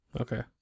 Okay